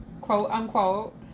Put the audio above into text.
quote-unquote